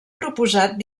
proposat